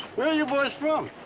where are you boys from?